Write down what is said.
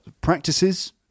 practices